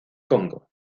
congo